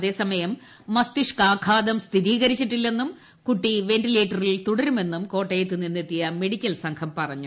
അതേസമയം മസ്തിഷ്കാഘാതം സ്ഥിരീകരിച്ചിട്ടില്ലെന്നും കുട്ടി വെന്റിലേറ്ററിൽ തുടരുമെന്നും കോട്ടയത്ത് നിന്നെത്തിയ മെഡിക്കൽ സംഘം പറഞ്ഞു